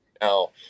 now